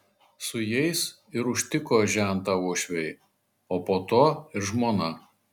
su jais ir užtiko žentą uošviai o po to ir žmona